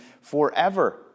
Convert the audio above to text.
forever